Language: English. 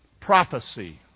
prophecy